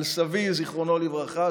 על סבי זיכרונו לברכה,